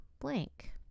blank